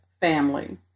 Family